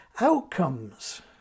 outcomes